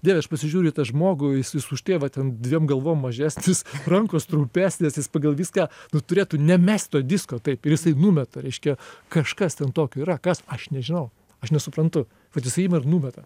dieve aš pasižiūriu į tą žmogų jis jis už tėvą ten dviem galvom mažesnis rankos trumpesnės jis pagal viską nu turėtų nemest to disko taip ir jisai numeta reiškia kažkas ten tokio yra kas aš nežinau aš nesuprantu vat jisai ima ir numeta